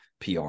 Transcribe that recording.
PR